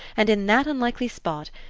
and in that unlikely spot,